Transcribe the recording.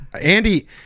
Andy